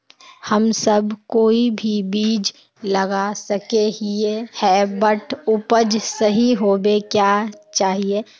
हम सब कोई भी बीज लगा सके ही है बट उपज सही होबे क्याँ चाहिए?